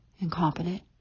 incompetent